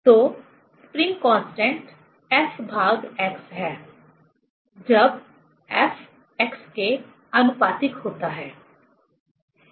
तो spring constant F भाग x है जब F x के आनुपातिक होता है